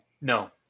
No